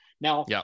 Now